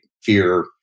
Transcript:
fear